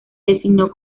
designó